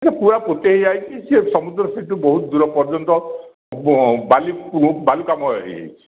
ସେ ପୁରା ପୋତି ହୋଇଯାଇଛି ସେ ସମୁଦ୍ର ସେଠୁ ବହୁତ ଦୂର ପର୍ଯ୍ୟନ୍ତ ବାଲି ବାଲୁକା ମୟ ହୋଇଯାଇଛି